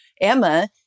Emma